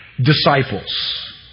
disciples